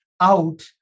out